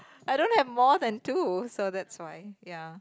I don't have more than two so that's why ya